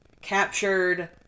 captured